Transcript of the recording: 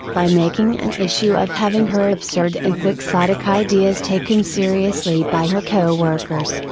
by making an issue of having her absurd and quixotic ideas taken seriously by her coworkers,